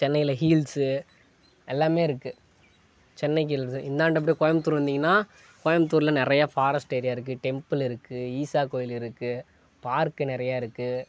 சென்னையில ஹில்ஸ்சு எல்லாமேயிருக்கு சென்னை ஹீல்ஸ் இந்தாண்டை அப்டேயே கோயம்புத்தூர் வந்தீங்கன்னா கோயம்புத்தூர்ல நிறையா ஃபாரெஸ்ட் ஏரியா இருக்குது டெம்புள் இருக்குது ஈஸா கோயிலிருக்குது பார்க் நிறையாருக்கு